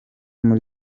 muri